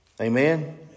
Amen